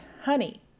honey